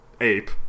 ape